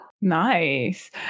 Nice